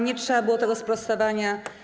Nie trzeba było tego sprostowania.